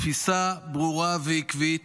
תפיסה ברורה ועקבית